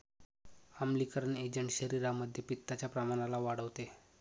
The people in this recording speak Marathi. आम्लीकरण एजंट शरीरामध्ये पित्ताच्या प्रमाणाला वाढवते